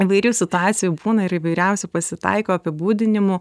įvairių situacijų būna ir įvairiausių pasitaiko apibūdinimų